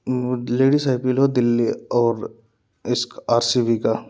ladies I P L हुआ दिल्ली और इश्क आर सी बी का